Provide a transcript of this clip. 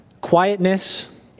quietness